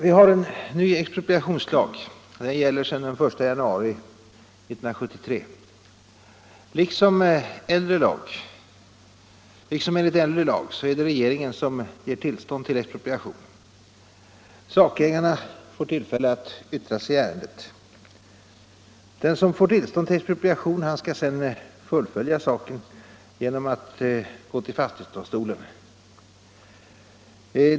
Vi har en ny expropriationslag, som gäller sedan den 1 januari 1973. Liksom enligt äldre lag är det regeringen som meddelar tillstånd till expropriation. Berörda sakägare bereds tillfälle att yttra sig i ärendet. Den som får tillstånd till expropriation skall fullfölja saken genom ansökan om stämning till fastighetsdomstol.